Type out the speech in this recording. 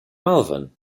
malvern